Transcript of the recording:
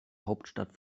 hauptstadt